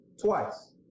twice